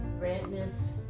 Redness